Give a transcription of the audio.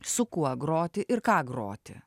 su kuo groti ir ką groti